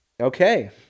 Okay